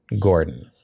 Gordon